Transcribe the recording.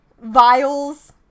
vials